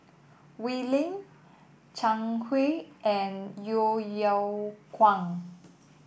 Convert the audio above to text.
Wee Lin Zhang Hui and Yeo Yeow Kwang